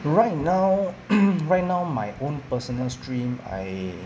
right now right now my own personal stream I